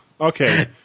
Okay